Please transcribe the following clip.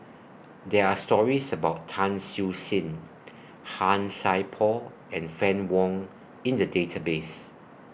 There Are stories about Tan Siew Sin Han Sai Por and Fann Wong in The Database